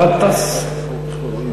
ע'טאס.